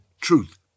truth